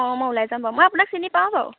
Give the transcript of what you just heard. অঁ মই ওলাই যাম বাৰু মই আপোনাক চিনি পাওঁ বাৰু